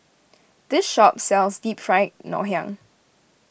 this shop sells Deep Fried Ngoh Hiang